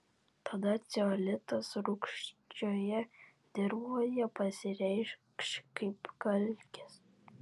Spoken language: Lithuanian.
tada ceolitas rūgščioje dirvoje pasireikš kaip kalkės